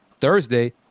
Thursday